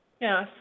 Yes